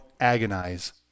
agonize